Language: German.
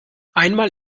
einmal